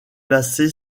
placée